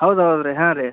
ಹೌದು ಹೌದು ರಿ ಹಾಂ ರೀ